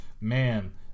man